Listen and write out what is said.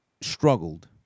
struggled